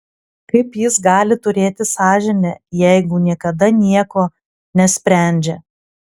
kaip jis gali turėti sąžinę jeigu niekada nieko nesprendžia